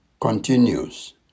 continues